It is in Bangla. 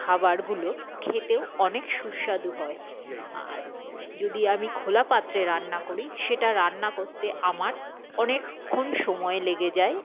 খাবারগুলো খেতেও অনেক সুস্বাদু হয় আর যদি আমি খোলা পাত্রে রান্না করি সেটা রান্না করতে আমার অনেকক্ষণ সময় লেগে যায়